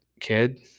kid